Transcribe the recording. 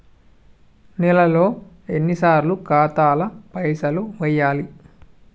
నెలలో ఎన్నిసార్లు ఖాతాల పైసలు వెయ్యాలి?